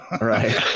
right